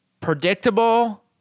predictable